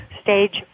stage